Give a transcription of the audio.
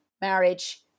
marriage